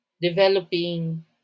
developing